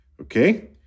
okay